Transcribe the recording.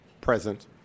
Present